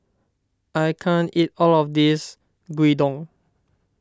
I can't eat all of this Gyudon